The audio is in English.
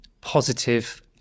positive